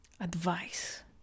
advice